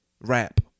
rap